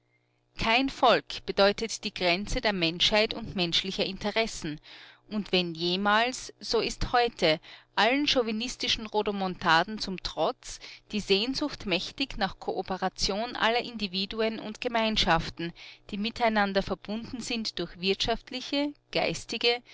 kein volk bedeutet die grenze der menschheit und menschlicher interessen und wenn jemals so ist heute allen chauvinistischen rodomontaden zum trotz die sehnsucht mächtig nach kooperation aller individuen und gemeinschaften die miteinander verbunden sind durch wirtschaftliche geistige